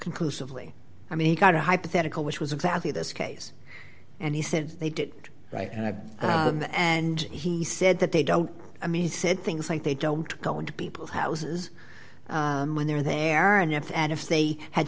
conclusively i mean he got a hypothetical which was exactly this case and he said they did right and i and he said that they don't i mean he said things like they don't go into people's houses when they're there and if and if they had